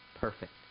perfect